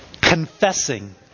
Confessing